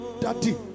daddy